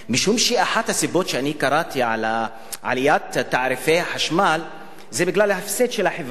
משום שקראתי שאחת הסיבות לעליית תעריפי החשמל היא ההפסד של החברה,